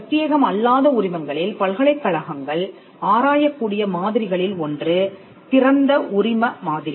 பிரத்தியேகம் அல்லாத உரிமங்களில் பல்கலைக்கழகங்கள் ஆராயக்கூடிய மாதிரிகளில் ஒன்று திறந்த உரிம மாதிரி